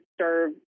serve